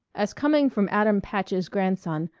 as coming from adam patch's grandson,